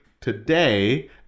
today